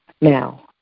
Now